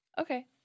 Okay